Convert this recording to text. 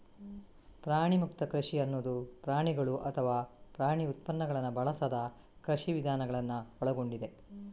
ಪ್ರಾಣಿಮುಕ್ತ ಕೃಷಿ ಅನ್ನುದು ಪ್ರಾಣಿಗಳು ಅಥವಾ ಪ್ರಾಣಿ ಉತ್ಪನ್ನಗಳನ್ನ ಬಳಸದ ಕೃಷಿ ವಿಧಾನಗಳನ್ನ ಒಳಗೊಂಡಿದೆ